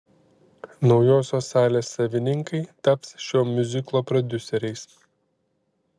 naujosios salės savininkai taps šio miuziklo prodiuseriais